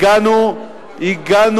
עם הפלסטינים יש משא-ומתן?